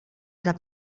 dla